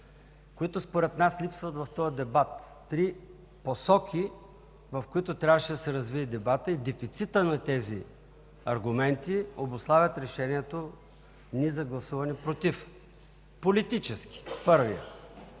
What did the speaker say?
които според нас липсват в този дебат. Три посоки, в които трябваше да се развие дебатът. И дефицитът на тези аргументи обуславя решението ни за гласуване „против”. Политически – първият,